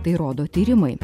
tai rodo tyrimai